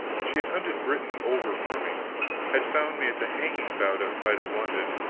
she had hunted britain over for me had found me at the hanging-bout outside of london,